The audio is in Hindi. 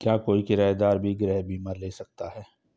क्या कोई किराएदार भी गृह बीमा ले सकता है?